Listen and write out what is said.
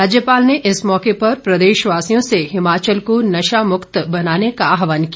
राज्यपाल ने इस मौके पर प्रदेशवासियों से हिमाचल को नशा मुक्त बनाने का आह्वान किया